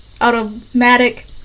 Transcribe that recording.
Automatic